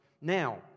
Now